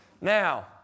Now